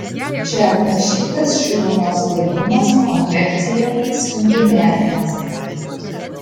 čia aprašytas šilumos laidumas konvekcija spinduliavimas